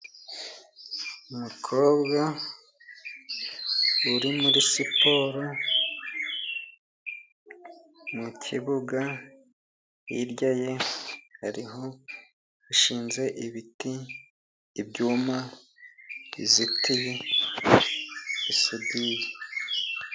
Umukobwa uri muri siporo mu kibuga. Hirya ye hari hashinze ibiti, ibyuma bizitiye bisudiriye.